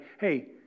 Hey